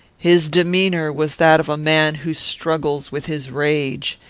his demeanour was that of a man who struggles with his rage.